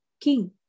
king